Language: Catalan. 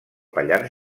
pallars